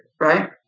right